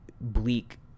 bleak